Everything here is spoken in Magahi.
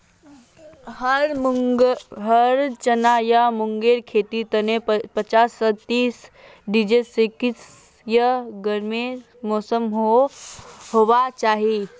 हरा चना या मूंगेर खेतीर तने पच्चीस स तीस डिग्री सेल्सियस गर्म मौसम होबा चाई